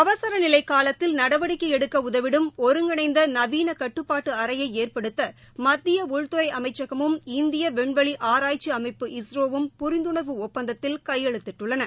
அவசரநிலை காலத்தில் நடவடிக்கை எடுக்க உதவிடும் ஒருங்கிணைந்த நவீன கட்டுப்பாட்டு அறையை ஏற்படுத்த மத்திய உள்துறை அமைச்சகமும் இந்திய விண்வெளி ஆராய்ச்சி அமைப்பு இஸ்ரோவும் புரிந்துணர்வு ஒப்பந்தத்தில் கையெழுத்திட்டுள்ளன